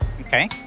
Okay